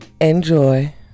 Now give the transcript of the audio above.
Enjoy